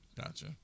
Gotcha